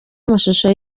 amashusho